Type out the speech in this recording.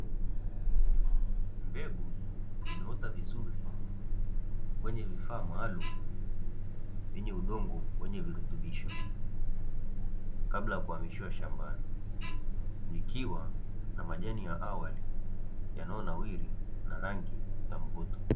Mbegu zimeota vizuri kwenye vifaa maalumu vyenye udongo wenye virutubisho, kabla ya kuhamishiwa shambani, ikiwa na majani ya awali yanayonawiri ya rangi na mvuto.